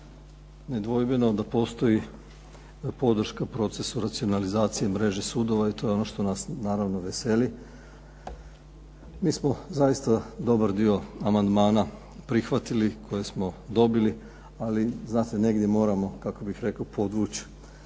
Nedvojbeno da postoji podrška procesu racionalizacije mreže sudova i to je ono što nas naravno veseli. Mi smo zaista dobar dio amandmana prihvatili koje smo dobili ali zna se negdje moramo kako bih rekao podvuć